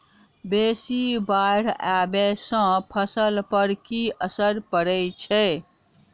बेसी बाढ़ आबै सँ फसल पर की असर परै छै?